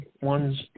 one's